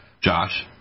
Josh